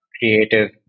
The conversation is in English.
creative